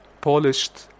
polished